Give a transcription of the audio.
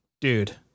dude